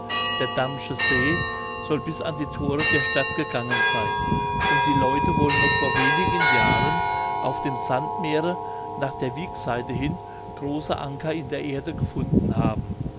der dammsche see soll bis an die thore der stadt gegangen seyn und die leute wollen noch vor wenigen jahren auf dem sandmeere nach der wiekseite hin große anker in der erde gefunden haben